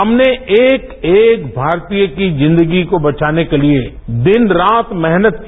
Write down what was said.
हमने एक एक भारतीय की जिंदगी को बचाने के लिए दिन रात मेहनत की